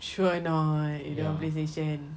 sure or not you don't want playstation